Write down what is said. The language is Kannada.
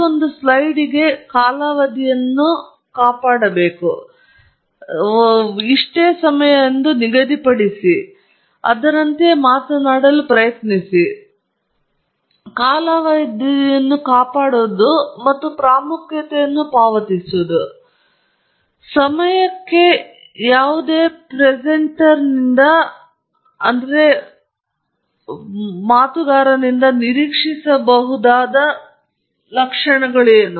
ಆದ್ದರಿಂದ ಕಾಲಾವಧಿಯನ್ನು ಕಾಪಾಡುವುದು ಮತ್ತು ಪ್ರಾಮುಖ್ಯತೆಯನ್ನು ಪಾವತಿಸುವುದು ಪ್ರಾಮುಖ್ಯತೆಯನ್ನು ತೋರಿಸುವುದು ಸಮಯಕ್ಕೆ ಯಾವುದೇ ಪ್ರೆಸೆಂಟರ್ನಿಂದ ನಿರೀಕ್ಷಿಸಬಹುದಾದ ಮೌಲ್ಯಯುತ ಲಕ್ಷಣವಾಗಿದೆ